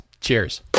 Cheers